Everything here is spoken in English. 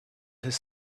his